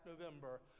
November